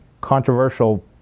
controversial